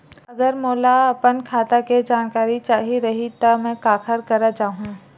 अगर मोला अपन खाता के जानकारी चाही रहि त मैं काखर करा जाहु?